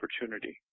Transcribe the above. opportunity